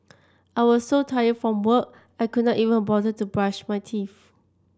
I was so tired from work I could not even bother to brush my teeth